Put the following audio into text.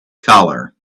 collar